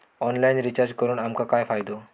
Online recharge करून आमका काय फायदो?